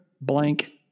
blank